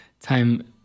Time